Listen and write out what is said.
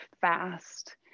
fast